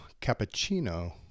cappuccino